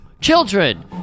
children